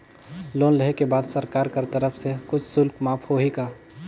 Loan लेहे के बाद सरकार कर तरफ से कुछ शुल्क माफ होही का?